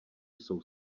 jsou